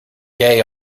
gay